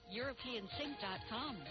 europeansync.com